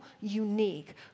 unique